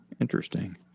Interesting